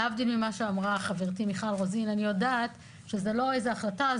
להבדיל ממה שאמרה חברתי מיכל רוזין אני יודעת שזו לא איזו החלטה,